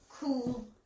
Cool